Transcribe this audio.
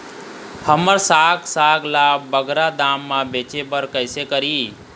हमर साग साग ला बगरा दाम मा बेचे बर कइसे करी?